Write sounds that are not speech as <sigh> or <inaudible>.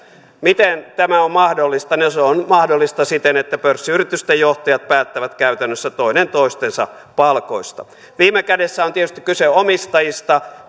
miten tämä on mahdollista se on mahdollista siten että pörssiyritysten johtajat päättävät käytännössä toinen toistensa palkoista viime kädessä on tietysti kyse omistajista <unintelligible>